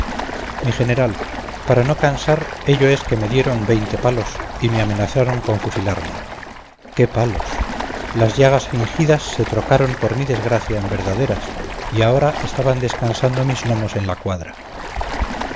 mi general para no cansar ello es que me dieron veinte palos y me amenazaron con fusilarme qué palos las llagas fingidas se trocaron por mi desgracia en verdaderas y ahora estaban descansando mis lomos en la cuadra